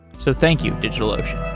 so, thank you, digitalocean.